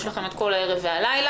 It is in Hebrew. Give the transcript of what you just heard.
יש לכם את כל הערב והלילה,